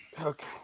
Okay